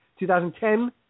2010